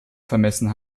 vermessen